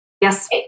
Yes